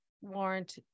warrant